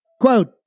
Quote